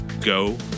go